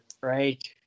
Right